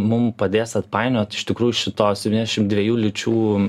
mum padės atpainiot iš tikrųjų šitos septyniasdešim dviejų lyčių